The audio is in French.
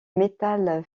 métal